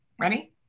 Ready